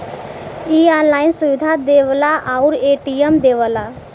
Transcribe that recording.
इ ऑनलाइन सुविधा देवला आउर ए.टी.एम देवला